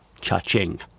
Cha-ching